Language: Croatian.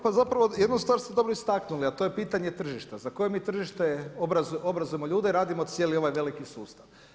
Pa zapravo, jednu stvar ste dobro istaknuli, a to je pitanje tržišta, za koje mi tržište obrazovamo ljude, radimo cijeli ovaj veliki sustav.